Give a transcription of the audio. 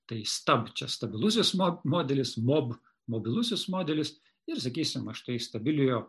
tai stab čia stabilusis mo modelis mob mobilusis modelis ir sakysim va štai stabiliojo